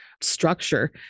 structure